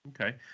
Okay